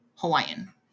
Hawaiian